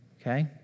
Okay